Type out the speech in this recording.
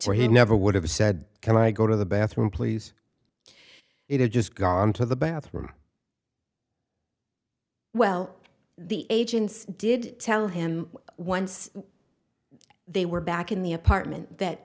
so he never would have said can i go to the bathroom please it had just gone to the bathroom well the agents did tell him once they were back in the apartment that